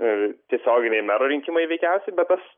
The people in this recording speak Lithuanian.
tiesioginiai merų rinkimai veikiausiai bet tas